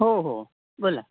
हो हो बोला